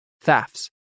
thefts